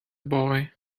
boy